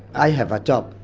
i have a job,